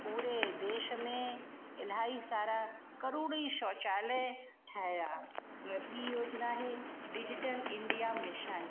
पूरे देश में इलाही सारा करोड़ ई शौचालय ठाहिया ॿी योजना आहे डिजीटल इंडिया मिशन